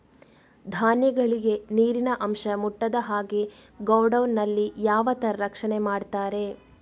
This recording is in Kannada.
ಧಾನ್ಯಗಳಿಗೆ ನೀರಿನ ಅಂಶ ಮುಟ್ಟದ ಹಾಗೆ ಗೋಡೌನ್ ನಲ್ಲಿ ಯಾವ ತರ ರಕ್ಷಣೆ ಮಾಡ್ತಾರೆ?